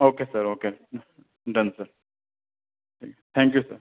okay sir okay done sir thank you sir